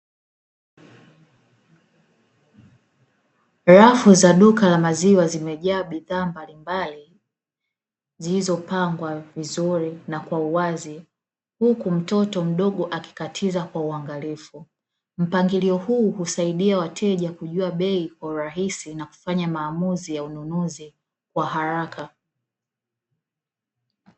Rafu za duka la maziwa zimejaa bidhaa mbalimbali, zilizopangwa vizuri na kwa uwazi, huku mtoto mdogo akikatiza kwa uangalifu. Mpangilio huu husaidia wateja kujua bei kwa urahisi na kufanya maamuzi ya ununuzi kwa haraka.